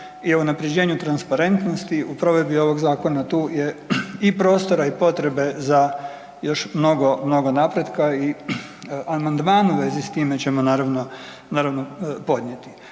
i unaprjeđenju transparentnosti u provedbi ovog zakona tu je i prostora i potrebe za još mnogo, mnogo napretka i amandmane u vezi s time ćemo naravno, naravno podnijeti.